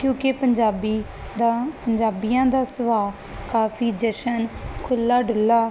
ਕਿਉਂਕਿ ਪੰਜਾਬੀ ਦਾ ਪੰਜਾਬੀਆਂ ਦਾ ਸੁਭਾਅ ਕਾਫੀ ਜਸ਼ਨ ਖੁੱਲਾ ਡੁੱਲਾ